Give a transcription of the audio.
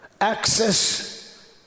Access